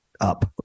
up